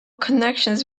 connection